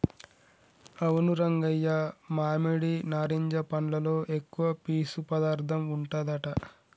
అవును రంగయ్య మామిడి నారింజ పండ్లలో ఎక్కువ పీసు పదార్థం ఉంటదట